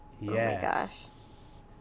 yes